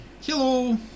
Hello